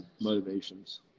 motivations